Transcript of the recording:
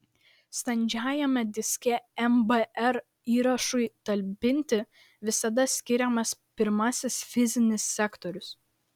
standžiajame diske mbr įrašui talpinti visada skiriamas pirmasis fizinis sektorius